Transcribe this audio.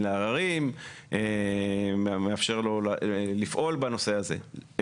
לערערים ומאפשר לו לפעול בנושא הזה.